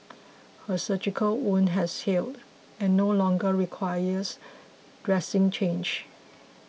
her surgical wound has healed and no longer requires dressing change